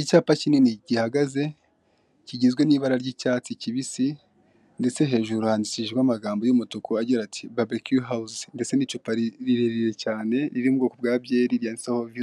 Icyapa kigaragaza ibitaro bya police, kikaba kigizwe n'amabara y'umutuku, umweru n'ubururu, kikaba kigizwe n'ibarangantego bibiri hari icy'u Rwanda n'icya police,